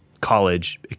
college